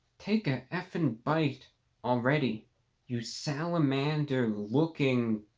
take a effin bite already you salamander looking